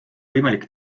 võimalik